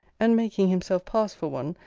and making himself pass for one,